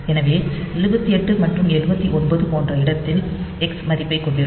எனவே 78 மற்றும் 79 போன்ற இடத்தில் எக்ஸ் மதிப்பைக் கொண்டிருக்கும்